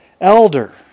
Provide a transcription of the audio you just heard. elder